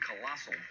colossal